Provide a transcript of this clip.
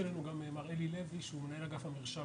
אלי לוי מנהל אגף מרשם